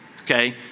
Okay